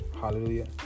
hallelujah